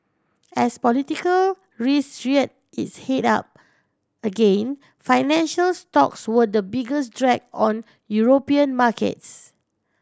as political risk rear its head up again financial stocks were the biggest drag on European markets